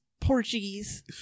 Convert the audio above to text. Portuguese